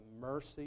mercy